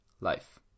life